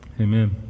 amen